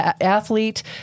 athlete